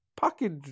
package